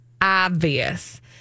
obvious